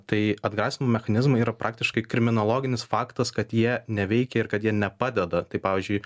tai atgrasymo mechanizmai yra praktiškai kriminologinis faktas kad jie neveikia ir kad jie nepadeda tai pavyzdžiui